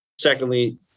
Secondly